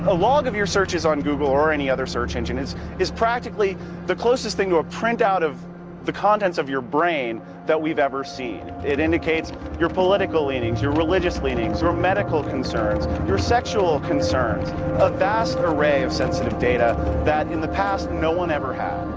ah log of your searches on google, or any other search engine, is is practically the closest thing to a printout of the contents of your brain that we've ever seen. it indicates your political leanings, your religious leanings, your medical concerns, your sexual concerns a vast array of sensitive data that in the past no one ever had.